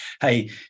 hey